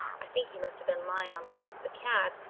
i think he must have been lying on top of the cab,